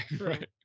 right